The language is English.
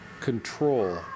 control